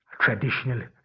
Traditional